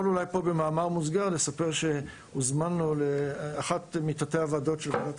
במאמר מוסגר אני יכול לספר שהוזמנו לאחת מתתי הוועדות של ועדת